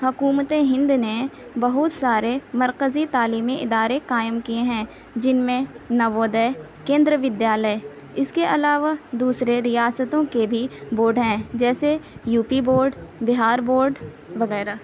حکومت ہند نے بہت سارے مرکزی تعلیمی ادارے قائم کئے ہیں جن میں نوودے کیندر ودیالے اس کے علاوہ دوسرے ریاستوں کے بھی بورڈ ہیں جیسے یوپی بورڈ بہار بورڈ وغیرہ